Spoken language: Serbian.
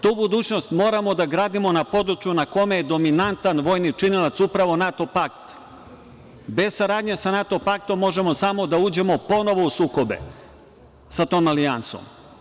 Tu budućnost moramo da gradimo na području na kome je dominantan vojni činilac upravo NATO pakt, bez saradnje sa NATO paktom možemo samo da uđemo ponovo u sukobe sa tom Alijansom.